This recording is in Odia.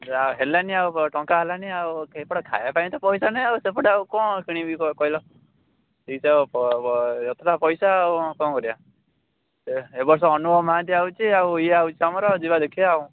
ଯା ହେଲାନି ଆଉ କ'ଣ ଟଙ୍କା ହେଲାନି ଆଉ ଏପଟେ ଖାଇବା ପାଇଁ ତ ପଇସା ନାହିଁ ଆଉ ସେପଟେ ଆଉ କ'ଣ କିଣିବି କହିଲ ପଇସା ଆଉ କ'ଣ କରିବା ଏ ବର୍ଷ ଅନୁଭବ ମହାନ୍ତି ଆସୁଛି ଆଉ ଇଏ ଆସୁଛି ତୁମର ଯିବା ଦେଖିବା ଆଉ